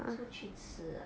出去吃啊